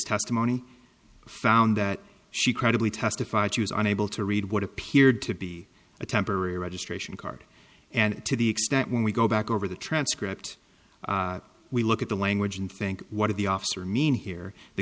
testimony found that she credibly testified she was unable to read what appeared to be a temporary registration card and to the extent when we go back over the transcript we look at the language and think what are the officer mean here the